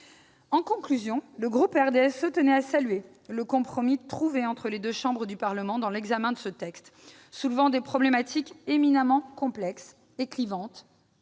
En conclusion, le groupe du RDSE tient à saluer le compromis trouvé entre les deux chambres du Parlement dans l'examen de ce texte, qui soulève des problématiques éminemment complexes et clivantes.